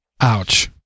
Ouch